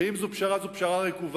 ואם זו פשרה, זו פשרה רקובה,